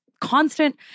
constant